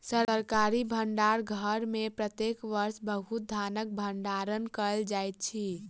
सरकारी भण्डार घर में प्रत्येक वर्ष बहुत धानक भण्डारण कयल जाइत अछि